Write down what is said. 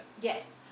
Yes